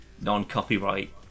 non-copyright